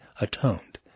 atoned